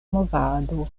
movado